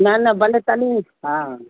न न भले तॾहिं हा